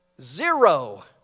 Zero